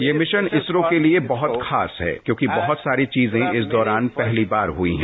यह मिशन इसरो के लिए बहुत खास है क्योंकि बहुत सारी चीजें इस दौरान पहली बार हुई हैं